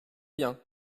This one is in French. bien